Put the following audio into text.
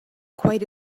quite